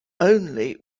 only